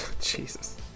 Jesus